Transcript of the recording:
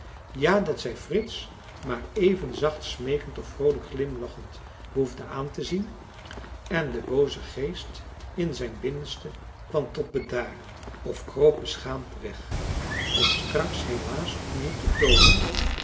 ja dat zij frits maar even zacht smeekend of vroolijk glimlachend behoefde aan te zien en de booze geest in zijn binnenste kwam tot bedaren of kroop beschaamd weg om straks helaas opnieuw te toonen